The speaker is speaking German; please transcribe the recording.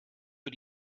für